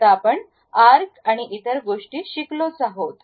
आता आपण आर्क आणि इतर गोष्टी शिकलो आहोत